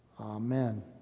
Amen